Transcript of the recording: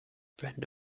brenda